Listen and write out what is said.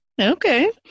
Okay